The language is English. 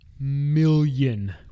million